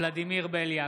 ולדימיר בליאק,